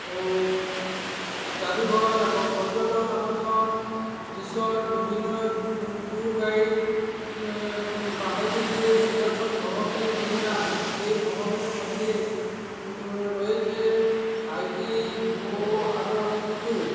ও যাদুঘর এবং পর্যটন আকর্ষণ রিসর্ট বিভিন্ন ট্যুর গাইড বাহরিদের নিদর্শন ভ্রমণে নিয়ে যান এই ভ্রমণের মধ্যে রয়েছে হাইকিং ও আরও অনেক কিছু